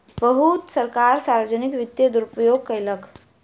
बहुत सरकार सार्वजनिक वित्तक दुरूपयोग कयलक